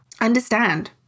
understand